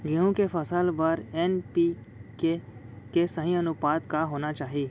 गेहूँ के फसल बर एन.पी.के के सही अनुपात का होना चाही?